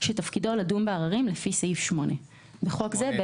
שתפקידו לדון בעררים לפי סעיף 18 (בחוק זה,